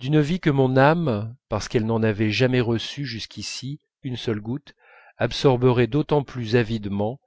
d'une vie que mon âme parce qu'elle n'en avait jamais reçu jusqu'ici une seule goutte absorberait d'autant plus avidement